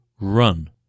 run